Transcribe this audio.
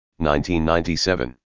1997